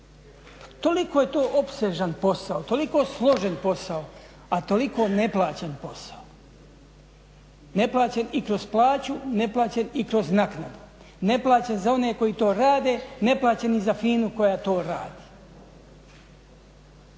Toliko je to opsežan posao, toliko složen posao, a toliko neplaćen posao. Neplaćen i kroz plaću, neplaćen i kroz naknadu, neplaćen za one koji to rade, neplaćen i za FINA-u koja to radi.